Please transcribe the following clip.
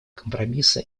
компромисса